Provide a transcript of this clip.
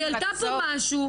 היא העלתה פה משהו,